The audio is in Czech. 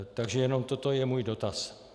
Takže jenom toto je můj dotaz.